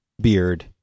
beard